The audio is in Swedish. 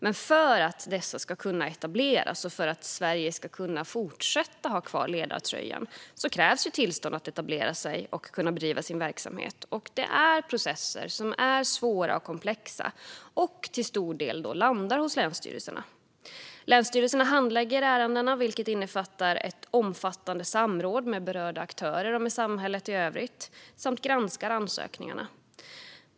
Men för att de ska kunna etablera sig och för att Sverige ska kunna ha kvar ledartröjan krävs tillstånd för att etablera sig och bedriva verksamhet. Det är processer som är svåra och komplexa. Och till stor del landar de hos länsstyrelserna. Länsstyrelserna handlägger ärendena, vilket innefattar omfattande samråd med berörda aktörer och samhället i övrigt, samt granskar ansökningarna.